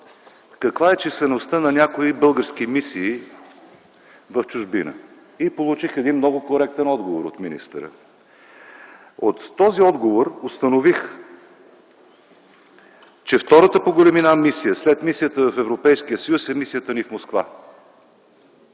каква е числеността на някои български мисии в чужбина? Получих един много коректен отговор от министъра. От отговора установих, че втората по големина, след мисията в Европейския съюз, е мисията ни в Москва.